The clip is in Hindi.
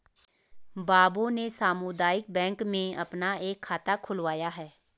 बाबू ने सामुदायिक बैंक में अपना एक खाता खुलवाया है